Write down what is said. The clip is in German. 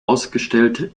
ausgestellt